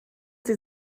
sie